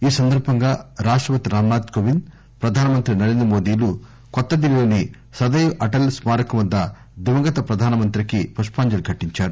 ఈ సందర్బంగా రాష్టపతి రాంనాథ్ కోవింద్ ప్రధానమంత్రి నరేంద్రమోదీలు కొత్త ఢిల్లీలోని సదైవ్ అటల్ స్మారకం వద్ద దివంగత ప్రధానమంత్రికి పుష్పాంజలీ ఘటించారు